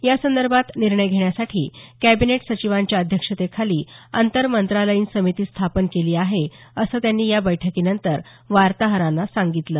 यासंदर्भात निर्णय घेण्यासाठी कॅबिनेट सचिवांच्या अध्यक्षतेखाली आंतर मंत्रालयीन समिती स्थापन केली आहे असं त्यांनी या बैठकीनंतर वार्ताहरांना सांगितलं